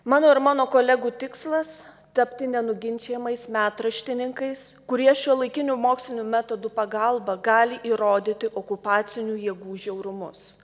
mano ir mano kolegų tikslas tapti nenuginčijamais metraštininkais kurie šiuolaikinių mokslinių metodų pagalba gali įrodyti okupacinių jėgų žiaurumus